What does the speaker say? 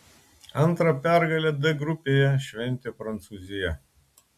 antrą pergalę d grupėje šventė prancūzija